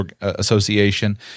Association